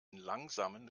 langsamen